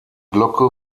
glocke